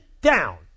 down